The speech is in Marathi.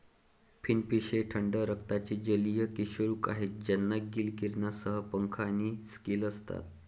फिनफिश हे थंड रक्ताचे जलीय कशेरुक आहेत ज्यांना गिल किरणांसह पंख आणि स्केल असतात